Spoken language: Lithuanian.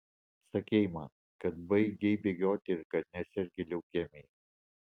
sakei man kad baigei bėgioti ir kad nesergi leukemija